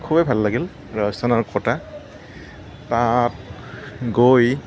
খুবেই ভাল লাগিল ৰাজস্থানৰ ক'টা তাত গৈ